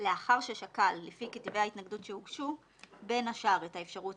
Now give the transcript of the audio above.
לאחר ששקל לפי כתבי ההתנגדות שהוגשו בין השאר את האפשרות